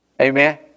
Amen